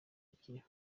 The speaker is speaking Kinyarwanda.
akiriho